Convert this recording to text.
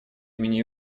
имени